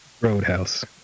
roadhouse